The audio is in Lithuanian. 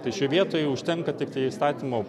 tai šioj vietoj užtenka tiktai įstatymo